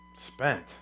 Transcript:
spent